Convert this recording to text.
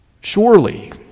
Surely